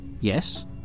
Yes